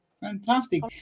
Fantastic